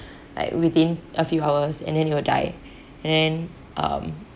like within a few hours and then it will die and then um